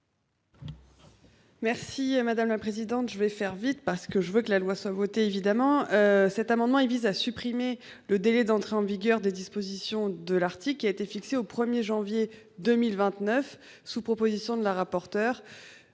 Merci madame la présidente, je vais faire vite parce que je veux que la loi soit votée évidemment cet amendement il vise à supprimer le délai d'entrée en vigueur des dispositions de l'article qui a été fixée au 1er janvier 2029 sous proposition de la rapporteure.